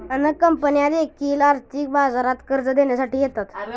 अनेक कंपन्या देखील आर्थिक बाजारात कर्ज देण्यासाठी येतात